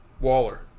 Waller